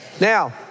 Now